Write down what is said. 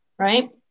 Right